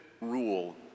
rule